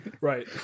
Right